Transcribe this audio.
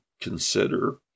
consider